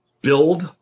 build